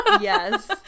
yes